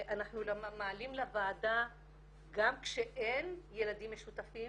אנחנו מעלים לוועדה גם כשאין ילדים משותפים